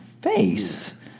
face